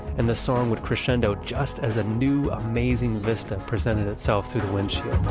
and the song would crescendo just as a new, amazing vista presented itself through the windshield